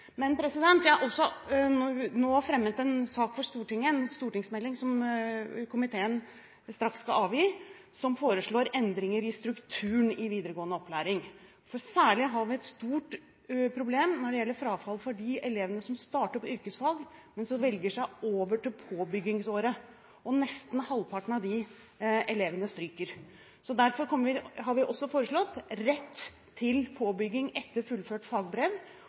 Jeg har også fremmet en sak for Stortinget, en stortingsmelding, der komiteen straks skal avgi sin innstilling, som foreslår endringer i strukturen i videregående opplæring. For særlig har vi et stort problem når det gjelder frafall for de elevene som starter på yrkesfag, men som velger seg over til påbyggingsåret. Nesten halvparten av disse elevene stryker. Derfor har vi også foreslått rett til påbygging etter fullført fagbrev